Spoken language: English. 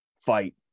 fight